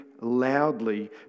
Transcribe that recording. loudly